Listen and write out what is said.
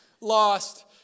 lost